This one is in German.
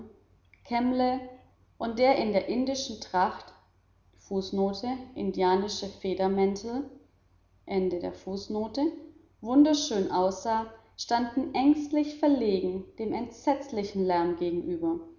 kemble der in der indischen tracht fußnote indianische federmäntel wunderschön aussah standen ängstlich verlegen dem entsetzlichen lärm gegenüber